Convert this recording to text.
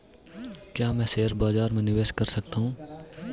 क्या मैं शेयर बाज़ार में निवेश कर सकता हूँ?